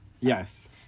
yes